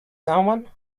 someone